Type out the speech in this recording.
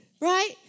Right